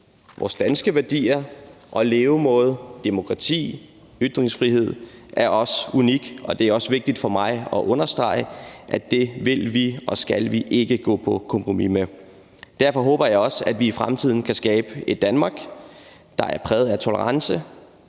Vores danske værdier og levemåde og vores demokrati og ytringsfrihed er også noget unikt, og det er også vigtigt for mig at understrege, at det vil vi og skal vi ikke gå på kompromis med. Derfor håber jeg også, at vi i fremtiden kan skabe et Danmark, der er præget af tolerance,